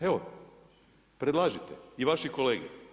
Evo, predlažite i vaši kolege.